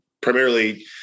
primarily